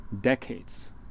decades